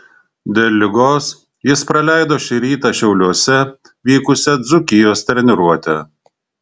dėl ligos jis praleido šį rytą šiauliuose vykusią dzūkijos treniruotę